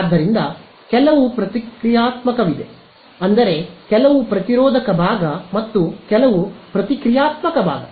ಆದ್ದರಿಂದ ಕೆಲವು ಪ್ರತಿಕ್ರಿಯಾತ್ಮಕವಿದೆ ಅಂದರೆ ಕೆಲವು ಪ್ರತಿರೋಧಕ ಭಾಗ ಮತ್ತು ಕೆಲವು ಪ್ರತಿಕ್ರಿಯಾತ್ಮಕ ಭಾಗ